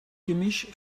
gemisch